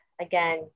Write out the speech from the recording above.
again